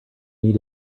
need